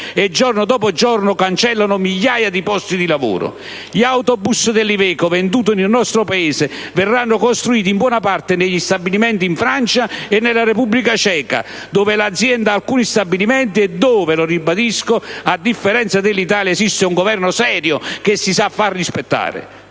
e, giorno dopo giorno, cancellano migliaia di posti di lavoro. Gli autobus della IVECO venduti nel nostro Paese verranno costruiti in buona parte negli stabilimenti in Francia e nella Repubblica Ceca, dove l'azienda ha alcuni stabilimenti e dove - lo ribadisco - a differenza dell'Italia, esiste un Governo serio che sa farsi rispettare.